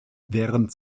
während